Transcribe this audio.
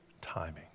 timing